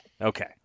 Okay